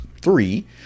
three